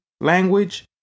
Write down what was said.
language